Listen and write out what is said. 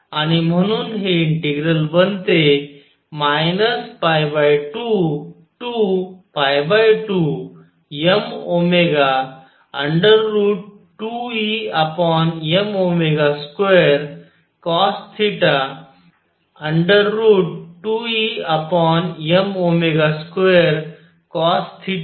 आणि म्हणून हे इंटिग्रल बनते 2 to 2 mω2Em2 cosθ2Em2 cosθ dθ